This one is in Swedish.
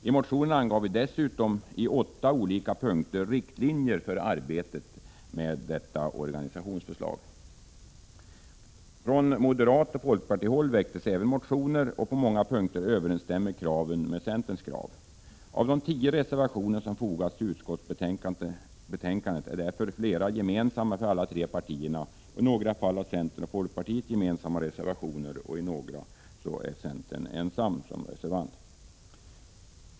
I motionen angav vi dessutom i åtta punkter riktlinjer för arbetet med detta organisationsförslag. Även från moderata samlingspartiet och folkpartiet väcktes motioner, och på många punkter överensstämmer dessa motionskrav med centerns krav. Av de tio reservationer som fogats till utskottsbetänkandet är därför flera gemensamma för alla tre partierna. I några fall har centern och folkpartiet gemensamma reservationer och i en del fall är centern ensam reservant.